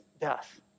death